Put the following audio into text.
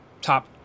top